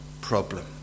problem